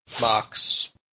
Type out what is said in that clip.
marks